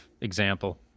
example